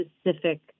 specific